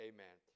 Amen